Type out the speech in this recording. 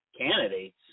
candidates